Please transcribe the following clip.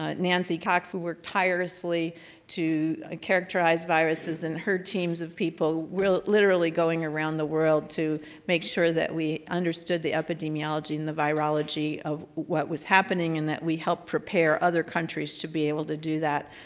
ah nancy cox who worked tirelessly to characterize viruses and her teams of people will literally going around the world to make sure that we understood the epidemiology and the virology of what was happening, and that we help prepare other countries to be able to do that.